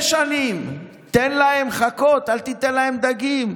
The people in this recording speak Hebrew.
יש עניים, תן להם חכות, אל תיתן להם דגים.